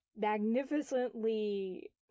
magnificently